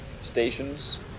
stations